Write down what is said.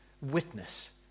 witness